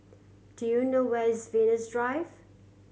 do you know where is Venus Drive